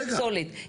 אני אתן לך דוגמה.